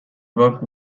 work